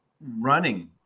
running